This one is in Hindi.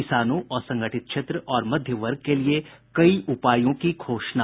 किसानों असंगठित क्षेत्र और मध्य वर्ग के लिए कई उपायों की घोषणा